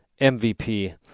mvp